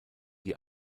die